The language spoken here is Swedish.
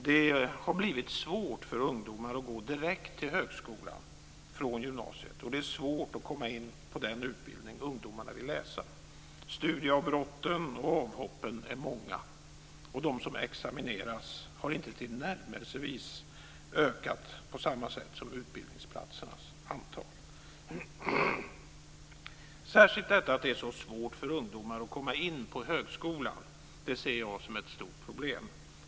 Det har blivit svårt för ungdomar att gå direkt till högskolan från gymnasiet, och det är svårt att komma in på den utbildning ungdomarna vill läsa. Studieavbrotten och avhoppen är många, och de som examineras har inte tillnärmelsevis ökat på samma sätt som utbildningsplatsernas antal. Särskilt detta att det är så svårt för ungdomar att komma in på högskolan ser jag som ett stort problem.